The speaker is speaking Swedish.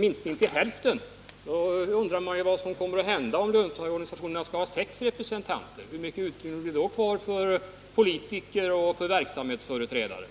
minskning till hälften, då undrar man vad som skulle hända om löntagarorganisationerna skall ha sex representanter. Hur mycket utrymme blir då kvar för politiker och för verksamhetsföreträdare?